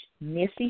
missy